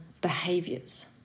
behaviors